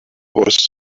was